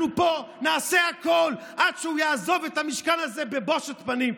אנחנו פה נעשה הכול עד שהוא יעזוב את המשכן הזה בבושת פנים.